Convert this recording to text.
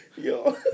Yo